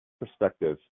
perspectives